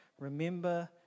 Remember